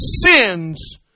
sins